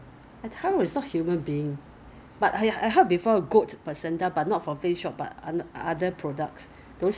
因为因为我 sensitive skin 有时 right sometimes I use those very harsh product I get I get like redness on my skin so I don't really like it